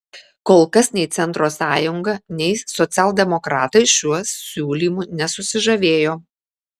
kol kas nei centro sąjunga nei socialdemokratai šiuo siūlymu nesusižavėjo